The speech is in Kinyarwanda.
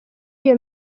iyo